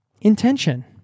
intention